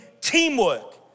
teamwork